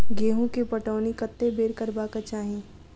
गेंहूँ केँ पटौनी कत्ते बेर करबाक चाहि?